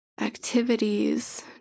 activities